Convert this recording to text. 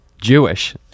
Jewish